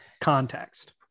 context